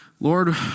Lord